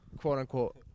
quote-unquote